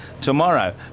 tomorrow